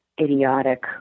idiotic